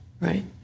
right